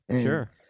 Sure